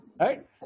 Right